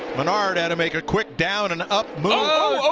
menard and make a quick down and up. oh,